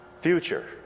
future